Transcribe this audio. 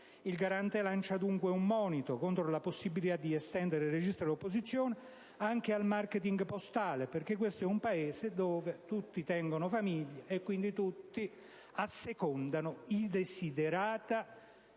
Il Garante lancia dunque un monito contro la possibilità di estendere il registro delle opposizioni anche al *marketing* postale, perché questo è un Paese in cui tutti tengono famiglia e, quindi, tutti assecondanoi *desiderata*